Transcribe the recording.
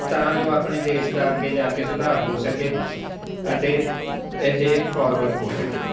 ਤਾਂ ਜੋ ਆਪਣੇ ਦੇਸ਼ ਦਾ ਅੱਗੇ ਜਾ ਕੇ ਸੁਧਾਰ ਹੋ ਸਕੇ ਅਤੇ ਇਹ ਫੋਰਵਰਡ ਹੋ ਸਕੇ